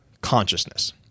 consciousness